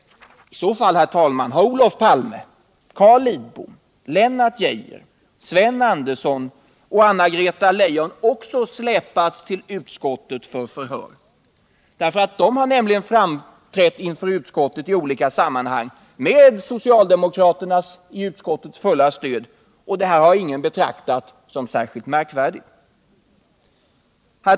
I så fall har Olof Palme, Carl Lidbom, Lennart Geijer, Sven Andersson och Anna-Greta Leijon också släpats till utskottet för förhör. De har nämligen framträtt inför utskottet i olika sammanhang med socialdemokraternas i utskottet fulla stöd, och det har ingen betraktat som särskilt märkvärdigt.